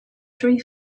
three